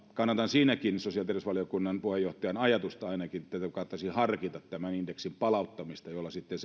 kannatan siinäkin ainakin sosiaali ja terveysvaliokunnan puheenjohtajan ajatusta että kannattaisi harkita tämän indeksin palauttamista jolloin sitten